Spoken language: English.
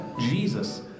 Jesus